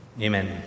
Amen